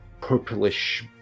purplish